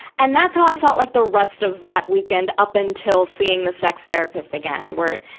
and that's how i felt like the rest of that weekend, up until seeing the sex therapist again, where,